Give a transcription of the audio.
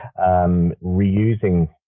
reusing